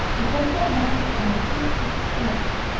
the corsair vessel quietly approached the other,